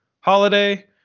holiday